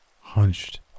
Hunched